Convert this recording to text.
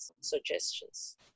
suggestions